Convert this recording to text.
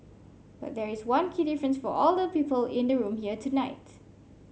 but there is one key difference for all the people in the room here tonight